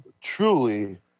truly